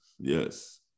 Yes